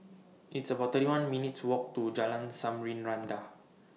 It's about thirty one minutes' Walk to Jalan Samarinda